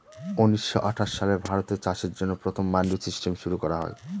উনিশশো আঠাশ সালে ভারতে চাষের জন্য প্রথম মান্ডি সিস্টেম শুরু করা হয়